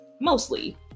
mostly